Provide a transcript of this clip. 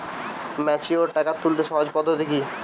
Mature টাকা তুলতে সহজ পদ্ধতি কি?